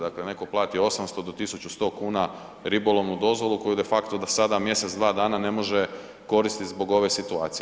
Dakle, netko plati 800 do 1100 kn ribolovnu dozvolu koju de facto do sada, mjesec, dva dana ne može koristiti zbog ove situacije.